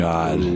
God